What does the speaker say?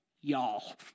Y'all